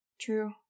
True